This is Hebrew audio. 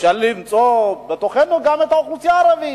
אפשר למצוא בתוכנו גם את האוכלוסייה הערבית,